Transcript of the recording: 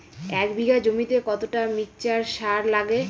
এক বিঘা জমিতে কতটা মিক্সচার সার লাগে?